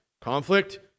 Conflict